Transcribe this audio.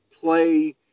play